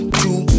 two